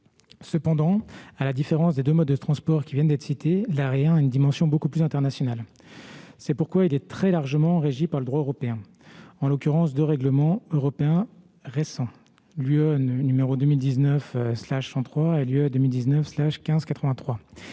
Cependant, à la différence de ces deux modes de transports, le transport aérien a une dimension beaucoup plus internationale. C'est pourquoi il est très largement régi par le droit européen. En l'occurrence, deux règlements européens récents- (UE) n° 2019/103 et (UE) n° 2019/1583